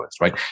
right